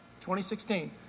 2016